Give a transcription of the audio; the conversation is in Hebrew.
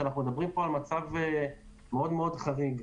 שאנחנו מדברים פה על מצב מאוד חריג.